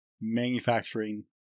manufacturing